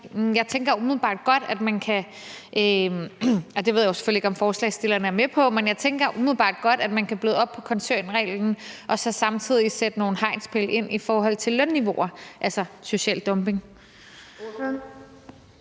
er med på – bløde op på koncernreglen og så samtidig sætte nogle hegnspæle i forhold til lønniveauer, altså social dumping.